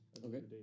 Okay